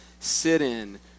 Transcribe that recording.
sit-in